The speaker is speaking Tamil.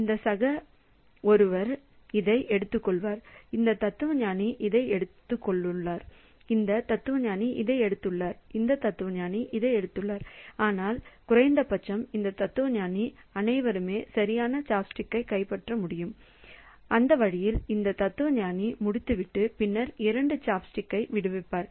இந்த சக ஒருவர் இதை எடுத்துள்ளார் இந்த தத்துவஞானி இதை எடுத்துள்ளார் இந்த தத்துவஞானி இதை எடுத்துள்ளார் இந்த தத்துவஞானி இதை எடுத்துள்ளார் ஆனால் குறைந்தபட்சம் இந்த தத்துவஞானி அனைவருமே சரியான சாப்ஸ்டிக் கைப்பற்ற முடியும் அந்த வழியில் இந்த தத்துவஞானி முடித்துவிட்டு பின்னர் இரண்டு சாப்ஸ்டிக்ஸையும் விடுவிப்பார்